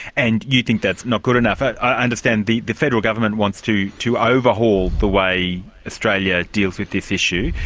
and you think that's not good enough i understand the the federal government wants to to overhaul the way australia deals with this issue.